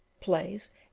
plays